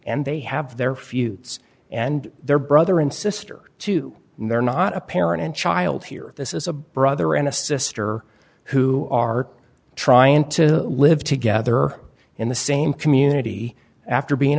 and they have their fuse and their brother and sister too not a parent and child here this is a brother and a sister who are trying to live together in the same community after being